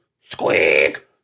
squeak